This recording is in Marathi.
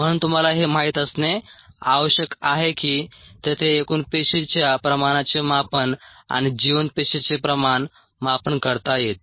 म्हणून तुम्हाला हे माहित असणे आवश्यक आहे की तेथे एकूण पेशीच्या प्रमाणाचे मापन आणि जिवंत पेशीचे प्रमाण मापन करता येते